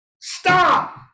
stop